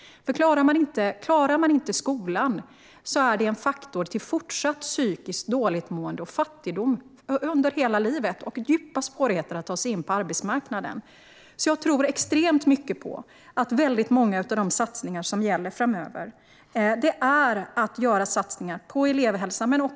Att inte klara skolan är nämligen en faktor bakom fortsatt dåligt psykiskt mående och fattigdom under hela livet, samt djupa svårigheter att ta sig in på arbetsmarknaden. Jag tror alltså extremt mycket på att det som gäller framöver är att göra satsningar på elevhälsa.